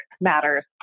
matters